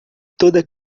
toda